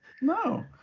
no